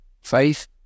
Faith